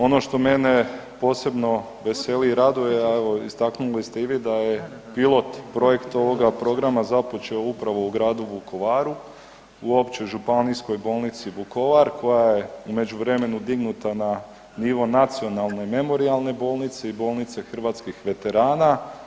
Ono što mene posebno veseli i raduje, a evo istaknuli ste i vi da je pilot projekt ovog programa započeo upravo u gradu Vukovaru, u Općoj županijskoj bolnici Vukovara koja je u međuvremenu dignuta na nivo nacionalne i memorijalne bolnice i bolnice hrvatskih veterana.